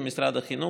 זה משרד החינוך,